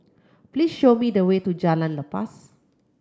please show me the way to Jalan Lepas